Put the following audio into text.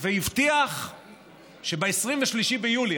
והבטיח שב-23 ביולי,